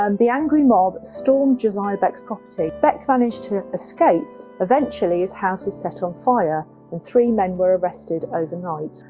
um the angry mob stormed josiah beck's property beck managed to escape eventually his house was set on fire and three men were arrested overnight.